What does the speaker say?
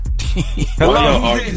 Hello